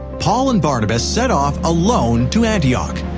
paul and barnabas set off alone to antioch.